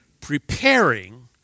preparing